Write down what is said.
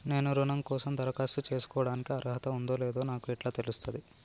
నేను రుణం కోసం దరఖాస్తు చేసుకోవడానికి అర్హత ఉందో లేదో నాకు ఎట్లా తెలుస్తది?